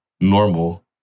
normal